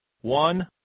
One